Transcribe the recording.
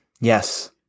Yes